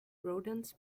rodents